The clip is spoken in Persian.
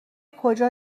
کجا